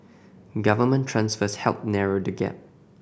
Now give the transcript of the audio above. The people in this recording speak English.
government transfers helped narrow the gap